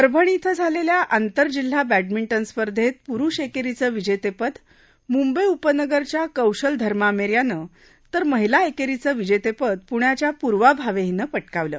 परभणी इथं झालेल्या आंतर जिल्हा बैंटमिंटन स्पर्धेत पुरुष एकेरीचं विजेतेपद मुंबई उपनगरच्या कौशल धर्मामेर यानं तर महिला एकेरीचं विजेतेपद पुण्याच्या पुर्वा भावे हिनं पटकावलं